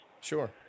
Sure